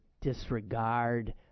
disregard